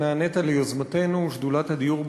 חברת הכנסת סתיו שפיר,